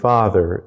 Father